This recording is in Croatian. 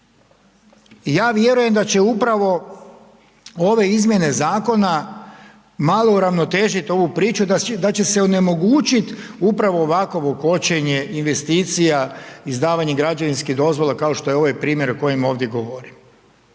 Ja vjerujem da će upravo ove izmjene zakona malo uravnotežiti ovu priču da će se onemogućiti upravo ovakovo kočenje investicija izdavanja građevinskih dozvola kao što je ovaj primjer o kojem ovdje govorim.